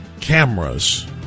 Cameras